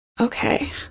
okay